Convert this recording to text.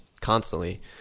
constantly